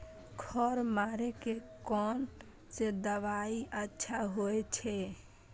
खर मारे के कोन से दवाई अच्छा होय छे?